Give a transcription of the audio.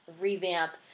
revamp